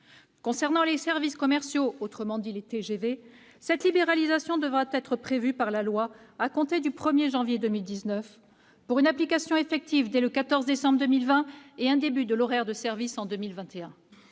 Concernant les services commerciaux- les TGV -, cette libéralisation devra être prévue par la loi à compter du 1 janvier 2019 pour une application effective dès le 14 décembre 2020 et un début de l'horaire de service en 2021.